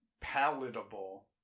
palatable